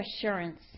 assurance